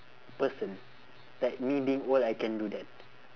person that me being old I can do that